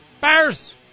Bears